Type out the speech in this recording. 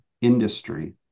industry